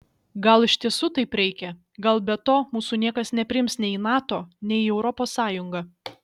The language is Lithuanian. gal iš tiesų taip reikia gal be to mūsų niekas nepriims nei į nato nei į europos sąjungą